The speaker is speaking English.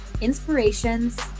inspirations